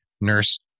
nurse